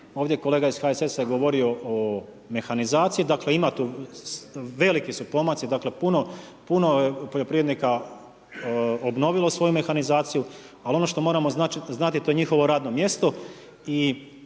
Ovdje je kolega iz HSS-a govorio o mehanizaciji. Dakle, ima tu, veliki su pomaci, dakle puno je poljoprivrednika obnovilo svoju mehanizaciju, ali ono što moramo znati, to je njihovo radno mjesto